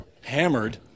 hammered